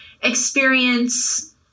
experience